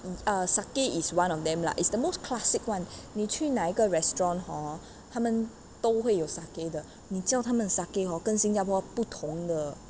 uh sake is one of them lah it's the most classic one 你去哪一个 restaurant hor 他们都会有 sake 的你叫他们的 sake hor 跟新加坡不同的